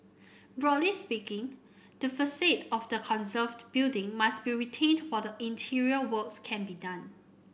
broadly speaking the facade of the conserved building must be retained while interior works can be done